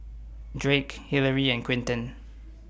Drake Hilary and Quintin